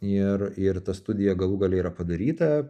ir ir ta studija galų gale yra padaryta